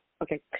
Okay